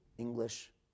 English